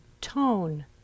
tone